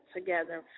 Together